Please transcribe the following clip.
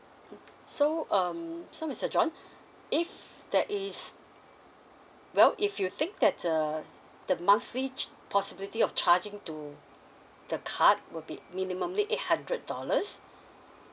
so um so mister john if that is well if you think that err the monthly possibility of charging to the card will be minimally eight hundred dollars